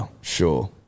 sure